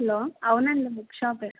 hello అవునండి book షాప్ఏ